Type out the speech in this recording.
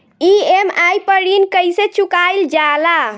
EMI पर ऋण कईसे चुकाईल जाला?